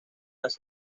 las